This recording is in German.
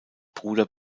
bruder